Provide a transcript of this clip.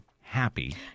happy